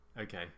okay